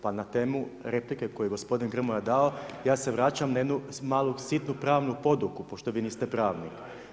Pa na temu replike koju je gospodin Grmoja dao, ja se vraćam na jednu malu, sitnu pravnu poduku, pošto vi niste pravnik.